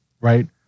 right